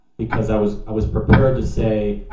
because i was i was prepared to say,